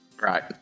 Right